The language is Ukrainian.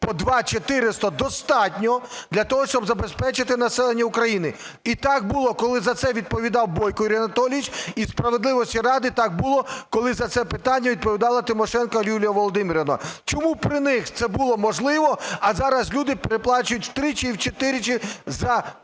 по 2400 достатньо для того, щоб забезпечити населення України. І так було, коли за це відповідав Бойко Юрій Анатолійович, і, справедливості ради, так було, коли за це питання відповідала Тимошенко Юлія Володимирівна. Чому при них це було можливо, а зараз люди переплачують втричі і вчетверо за газ,